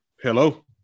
Hello